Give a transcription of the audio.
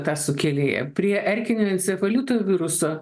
tą sukėlėją prie erkinio encefalito viruso